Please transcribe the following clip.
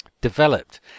developed